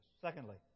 Secondly